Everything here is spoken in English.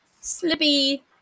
slippy